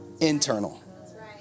Internal